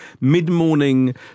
mid-morning